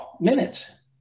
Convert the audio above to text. minutes